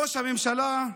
ראש הממשלה,